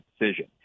decision